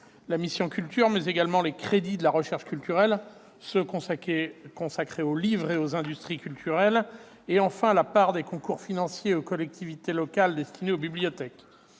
la mission « Culture », mais également les crédits de la recherche culturelle, ceux qui sont consacrés au livre et aux industries culturelles et, enfin, la part des concours financiers aux collectivités locales destinés aux bibliothèques.